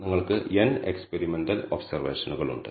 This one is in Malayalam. നിങ്ങൾക്ക് n എക്സ്പെരിമെന്റൽ ഒബ്സർവേഷനുകളുണ്ട്